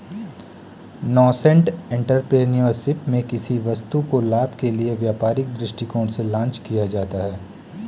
nascent entrepreneurship में किसी वस्तु को लाभ के लिए व्यापारिक दृष्टिकोण से लॉन्च किया जाता है